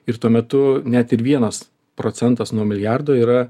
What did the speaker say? ir tuo metu net ir vienas procentas nuo milijardo yra